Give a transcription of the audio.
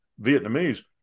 Vietnamese